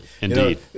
Indeed